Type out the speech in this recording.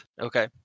Okay